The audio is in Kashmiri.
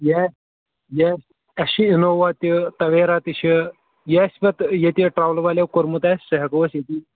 یہِ حظ یہِ حظ اَسہِ چھِ اِنووَا تہِ تَوَیرَا تہِ چھِ یہِ اَسہِ پَتہٕ ییٚتہِ ٹرٛولہٕ وَالِیو کوٚرمُت آسہِ سُہ ہٮ۪کو أسۍ ییٚتی